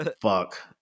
Fuck